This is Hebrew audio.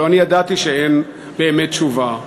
אני הרי ידעתי שאין באמת תשובה.